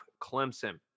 clemson